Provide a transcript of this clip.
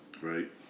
right